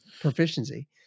proficiency